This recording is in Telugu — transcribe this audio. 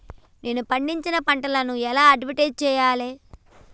నేను పండించిన పంటను ఎలా అడ్వటైస్ చెయ్యాలే?